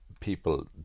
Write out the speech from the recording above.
people